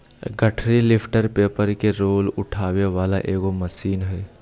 गठरी lifter paper के roll उठावे वाला एगो मशीन हइ